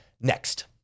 next